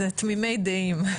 תמימי דעים.